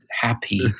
happy